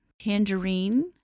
Tangerine